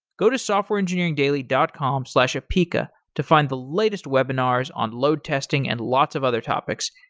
go to softwareengineeringdaily dot com slash apica to find the latest webinars on load testing and lots of other topics,